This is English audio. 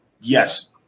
Yes